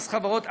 מס חברות,